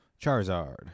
Charizard